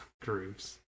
groups